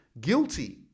guilty